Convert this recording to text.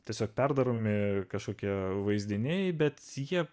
tiesiog perdaromi kažkokie vaizdiniai bet jie